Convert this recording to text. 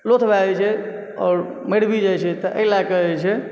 लोथ भए जाइ छै आओर मरि भी जाइ छै तऽ एहि लके जे छै